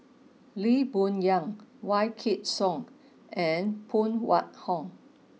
Lee Boon Yang Wykidd Song and Phan Wait Hong